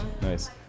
Nice